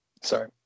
Sorry